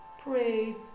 Praise